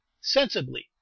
sensibly